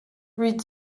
read